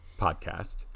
podcast